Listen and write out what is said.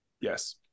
Yes